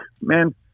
man